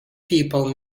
people